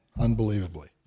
unbelievably